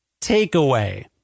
takeaway